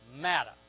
matter